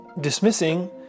dismissing